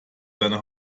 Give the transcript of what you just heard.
seine